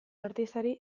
artistari